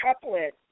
couplet